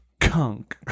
Kunk